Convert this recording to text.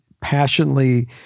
passionately